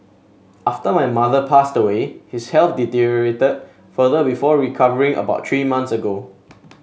after my mother passed away his health deteriorated further before recovering about three months ago